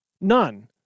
None